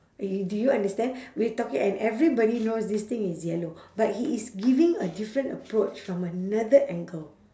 you do you understand we are talking and everybody knows this thing is yellow but he is giving a different approach from another angle